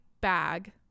bag